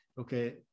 okay